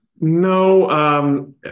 No